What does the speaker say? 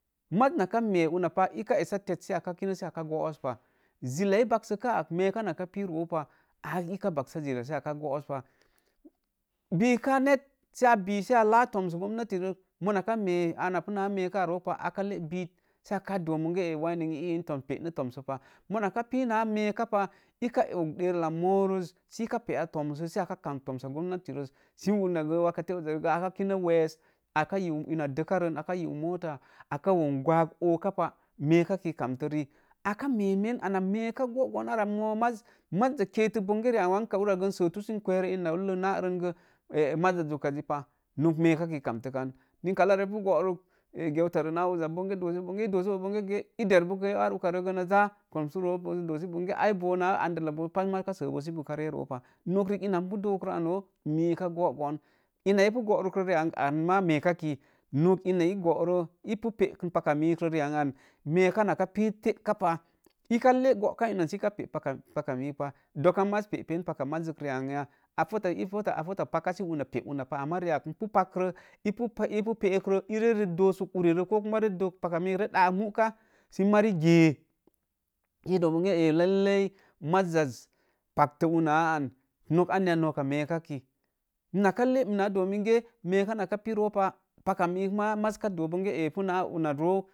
Maz nakə mee una pa, ee ka essa tet sə a ka kənə sə akə goos pa jilla e̱e baksəka ak, me̱eka nakə pu roopa, n ka baksa jilla səa goos pa. Bii ka net sə a biisə a lāa toms gomnati ves, monaka muna ka me̱e, ana pu naa mee̱ka roo pa, aka le̱e biid sə aka lee bid sə doo monge, waine neetoma peene tomso pa, mona ka pi naa meeka pa ika ag lerulla moo rəs si ina pe̱ēa tomso sə aka kams tomsa gomnati rəs, sə una gə wakate uzza gə aka kinə wa̱as, aka yiu ina dekaren, aka yiu mota, aka wom gwag ooka pah, me̱eka ki kantə rii, aka meemen ama meeka gogoon arra moo maz, mazza kee tək bonge riari n sətu sən kwerə ina ullə naa rən gə, maza jukkas ji pa, mee ka ki, kamntə kan ninka ublarə epu geutarə naa uzza, bonge ge, ee der booar uka rə ge ar uka ree ge na zaa toms puroo, sə doosi bonge ai boo naa andal boo pat maaz ka doo su boo ka ree roo pah. Nok riik ina ipu dook an no, mii nka gogoon i na eepu garukko rii an a̱n maa meeka kaki nok ina i gooro e̱e pu pēe kən paka mii roo rii an meeka naka pii taka pah, ee ka leē gooka inansə ka pee paka mii pa. Dokka maz pepen paka mazək riian ya a fotta paka sə una pee una pah, ama rii ak ee pu pakrə e̱e̱ ree doosək uri ree paka miik ree daak mūuka, sə mari gēe, sə doo bonge aa lailai mazza paktə una a an, nok ananya nokka meekaki, mina kə mina kə doo minge meeka naka pii roo pa paki mii maa mazka doo bonge paka miik maa mari na kwe pah una roo